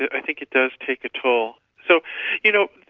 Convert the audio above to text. i think it does take a toll. so you know,